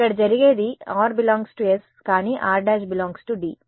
ఇక్కడ జరిగేది r ∈ S కానీ r′ ∈ D